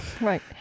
right